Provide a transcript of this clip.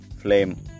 flame